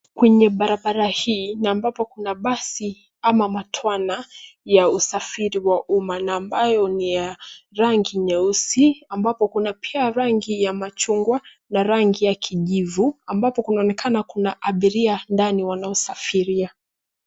Kwenye barabara hii na ambapo kuna basi ama matwana, ya usafiri wa umma na ambayo ni ya rangi nyeusi, ambapo pia kuna rangi ya machungwa na rangi ya kijivu, ambapo kunaonekana kuna abiria ndani wanaosafiria.